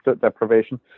deprivation